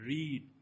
Read